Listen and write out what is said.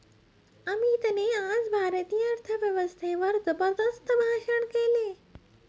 अमितने आज भारतीय अर्थव्यवस्थेवर जबरदस्त भाषण केले